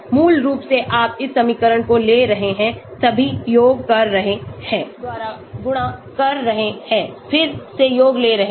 y mxc Σ y m S x n c Σ xy m S x2 c S x और फिर आप x द्वारा गुणा कर रहे हैं फिर से योग ले रहे हैं